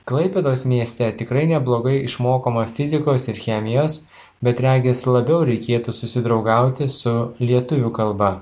klaipėdos mieste tikrai neblogai išmokoma fizikos ir chemijos bet regis labiau reikėtų susidraugauti su lietuvių kalba